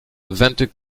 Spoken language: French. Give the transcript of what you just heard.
vingt